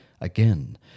again